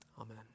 Amen